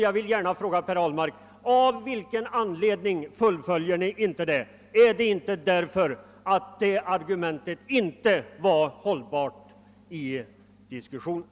Jag vill nu fråga herr Ahlmark: Av vilken anledning fullföljer ni inte den frågan? Är det därför att det argumentet inte är hållbart i diskussionen?